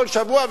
כל שבוע,